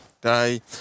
day